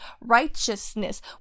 righteousness